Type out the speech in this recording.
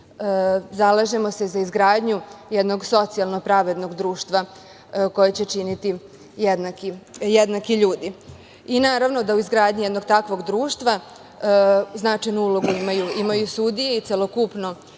zalažemo se za izgradnju jednog socijalno pravednog društva koje će činiti jednaki ljudi. I naravno da u izgradnji jednog takvog društva značajnu ulogu imaju sudije i celokupno